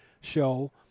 show